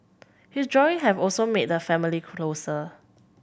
his drawing have also made the family closer